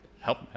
Help